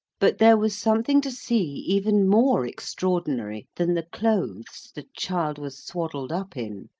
but there was something to see even more extraordinary than the clothes the child was swaddled up in,